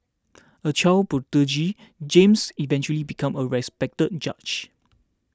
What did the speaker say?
a child prodigy James eventually became a respected judge